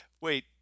Wait